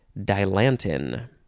Dilantin